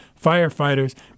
firefighters